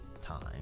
time